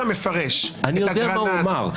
מפרש את אגרנט -- אני יודע מה הוא אמר,